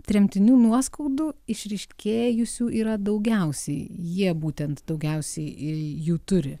tremtinių nuoskaudų išryškėjusių yra daugiausiai jie būtent daugiausiai jų turi